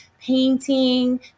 Painting